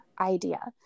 idea